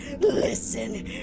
Listen